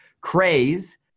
craze